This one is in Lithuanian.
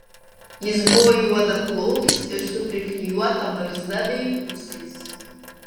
jis buvo juodaplaukis ir su priklijuota barzda bei ūsais